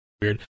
weird